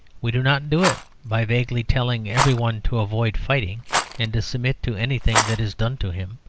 we do not do it by vaguely telling every one to avoid fighting and to submit to anything that is done to him.